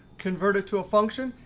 converted to a function,